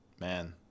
man